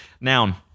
Noun